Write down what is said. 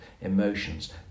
emotions